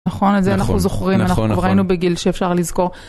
נכון את זה אנחנו זוכרים אנחנו כבר היינו בגיל שאפשר לזכור.